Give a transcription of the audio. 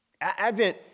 Advent